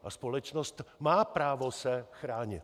A společnost má právo se chránit.